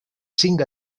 cinc